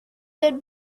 good